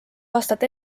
aastat